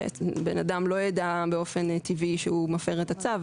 בן אדם לא יידע באופן טבעי שהוא מפר את הצו.